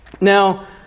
Now